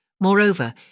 Moreover